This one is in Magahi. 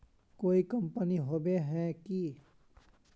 कोई कंपनी होबे है की?